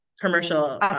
commercial